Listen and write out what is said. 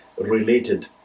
related